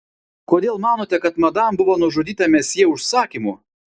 kodėl manote kad madam buvo nužudyta mesjė užsakymu